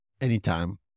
anytime